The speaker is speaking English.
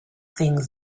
things